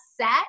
set